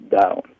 down